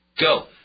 Go